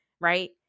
right